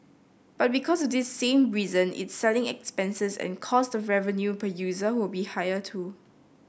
but because of this same reason its selling expenses and cost of revenue per user will be higher too